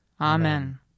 Amen